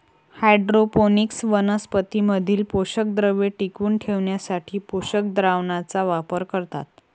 hydroponics वनस्पतीं मधील पोषकद्रव्ये टिकवून ठेवण्यासाठी पोषक द्रावणाचा वापर करतात